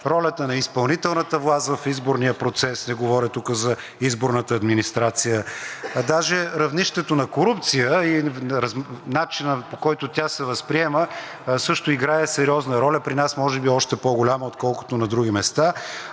ролята на изпълнителната власт в изборния процес, не говоря тук за изборната администрация, даже равнището на корупция и начинът, по който тя се възприема, също играе сериозна роля, при нас може би още по-голяма, отколкото на други места.